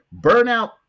Burnout